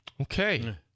Okay